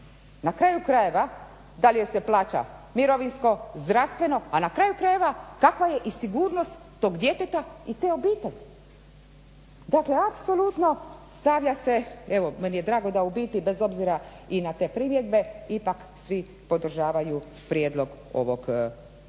na kraju krajeva da li joj se plaća mirovinsko, zdravstveno, a na kraju krajeva kakva je i sigurnost tog djeteta i te obitelji. Dakle apsolutno stavlja se, meni je drago da u biti bez obzira i na te primjedbe ipak svi podržavaju prijedlog ovog zakona.